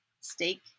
steak